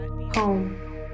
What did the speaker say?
Home